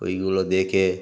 ওইগুলো দেখে